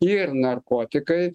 ir narkotikai